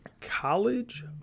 college